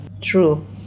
True